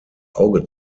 auge